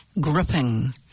gripping